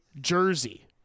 jersey